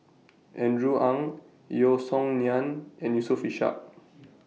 Andrew Ang Yeo Song Nian and Yusof Ishak